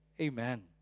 Amen